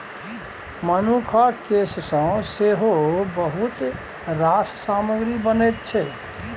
मनुखक केस सँ सेहो बहुत रास सामग्री बनैत छै